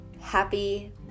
happy